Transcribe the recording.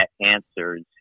answers